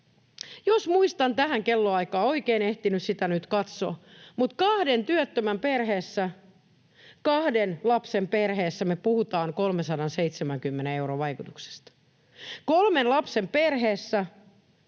Jos muistan tähän kellonaikaan, oikein en ehtinyt sitä nyt katsoa, niin kahden työttömän ja kahden lapsen perheessä me puhutaan 370 euron vaikutuksista ja kolmen lapsen ja